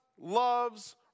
loves